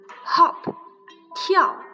hop,跳